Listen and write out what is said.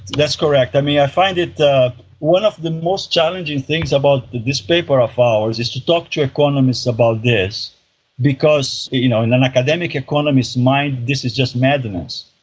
that's correct. i mean, i find it, one of the most challenging things about this paper of ours is to talk to economists about this because you know in an academic economist's mind this is just madness.